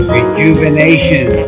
Rejuvenation